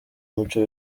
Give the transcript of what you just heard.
umuco